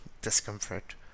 discomfort